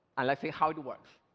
let's see how it works.